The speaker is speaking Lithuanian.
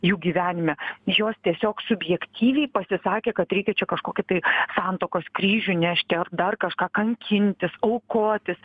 jų gyvenime jos tiesiog subjektyviai pasisakė kad reikia čia kažkokį tai santuokos kryžių nešti ar dar kažką kankintis aukotis